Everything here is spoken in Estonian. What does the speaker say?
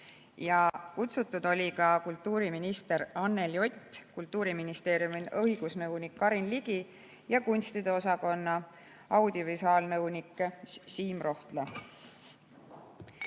Kutsutud olid ka kultuuriminister Anneli Ott, Kultuuriministeeriumi õigusnõunik Karin Ligi ja kunstide osakonna audiovisuaalnõunik Siim Rohtla.